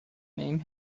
name